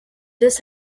this